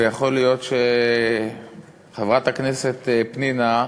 ויכול להיות שחברת הכנסת פנינה,